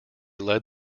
led